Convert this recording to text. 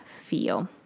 feel